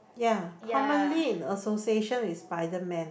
ya commonly in a association with Spiderman